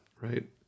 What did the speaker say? right